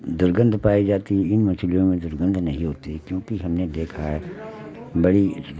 दुर्गंध पाई जाती इन मछलियों में दुर्गंध नहीं होती क्योंकि हमने देखा है बड़ी